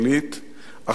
אך קשה למצוא אותם.